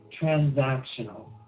transactional